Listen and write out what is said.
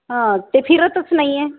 हां ते फिरतंच नाही आहे